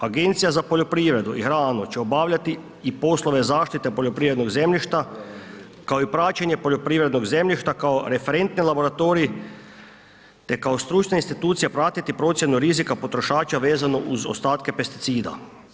Agencija za poljoprivredu i hranu će obavljati i poslove zaštite poljoprivrednog zemljišta, kao i praćenje poljoprivrednog zemljišta kao referentni laboratorij, te kao stručne institucije pratiti procjenu rizika potrošača vezano uz ostatke pesticida.